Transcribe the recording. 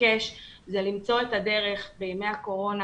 לבקש זה למצוא את הדרך בימי הקורונה,